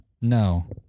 No